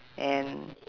and